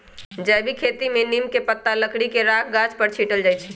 जैविक खेती में नीम के पत्ता, लकड़ी के राख गाछ पर छिट्ल जाइ छै